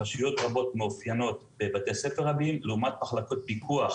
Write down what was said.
רשויות רבות מאופיינות בבתי ספר רבים לעומת מחלקות פיקוח